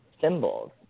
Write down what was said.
symbols